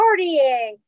partying